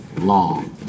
long